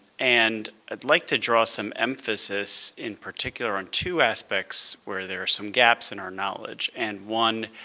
and i'd like to draw some emphasis in particular on two aspects where there are some gaps in our knowledge, and one